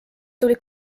tuli